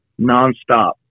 nonstop